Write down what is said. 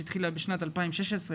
שהתחילה בשנת 2016-2017,